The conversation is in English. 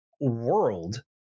world